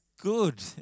good